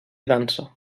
dansa